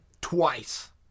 twice